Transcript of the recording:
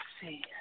see